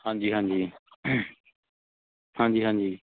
ਹਾਂਜੀ ਹਾਂਜੀ ਹਾਂਜੀ ਹਾਂਜੀ